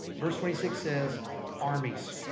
verse twenty six says, armies.